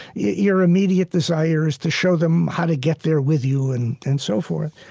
your immediate desire is to show them how to get there with you and and so forth.